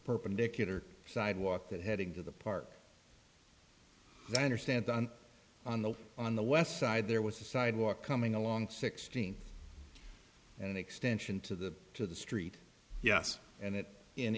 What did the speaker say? perpendicular sidewalk that heading to the part that i understand on on the on the west side there was a sidewalk coming along sixteen an extension to the to the street yes and it in